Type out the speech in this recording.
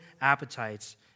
appetites